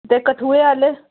ते कठुए अ'ल्ल